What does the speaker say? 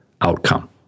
outcome